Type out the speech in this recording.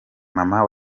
mama